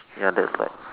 ya that's like